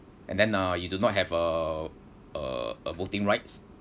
and then uh you do not have uh uh uh voting rights